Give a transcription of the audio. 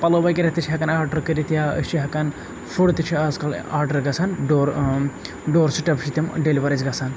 پَلو وغیرہ تہِ چھِ ہیٚکان آرڈَر کٔرِتھ یا أسۍ چھِ ہیٚکان فوڈ تہِ چھِ آزکَل آرڈَر گژھان ڈور ڈور سِٹیٚپ چھِ تِم ڈیٚلِوَر اسہِ گژھان